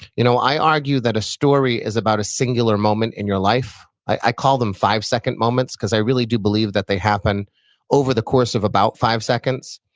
you know i argue that a story is about a singular moment in your life. i call them five-second moments because i really do believe that they happen over the course of about five seconds.